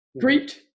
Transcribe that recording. Great